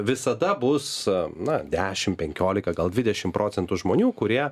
visada bus na dešim penkiolika gal dvidešim procentų žmonių kurie